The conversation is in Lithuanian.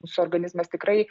mūsų organizmas tikrai